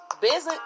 business